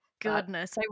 Goodness